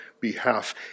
behalf